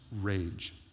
rage